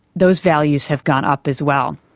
those values have gone up as well.